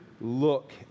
Look